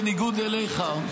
בניגוד אליך,